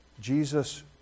Jesus